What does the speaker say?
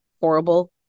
horrible